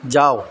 যাও